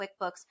QuickBooks